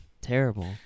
terrible